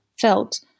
felt